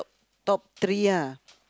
top three lah